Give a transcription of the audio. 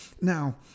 now